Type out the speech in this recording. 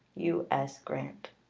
u s. grant.